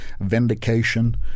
vindication